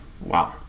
Wow